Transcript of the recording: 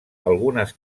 algunes